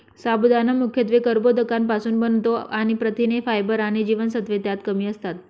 साबुदाणा मुख्यत्वे कर्बोदकांपासुन बनतो आणि प्रथिने, फायबर आणि जीवनसत्त्वे त्यात कमी असतात